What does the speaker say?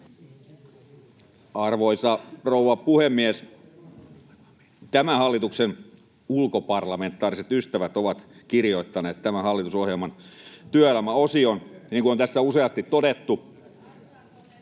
Arvoisa rouva puhemies! Tämän hallituksen ulkoparlamentaariset ystävät ovat kirjoittaneet tämän hallitusohjelman työelämäosion, niin kuin täällä on useasti todettu.